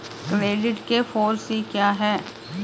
Credit के four C क्या हैं?